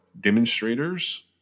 demonstrators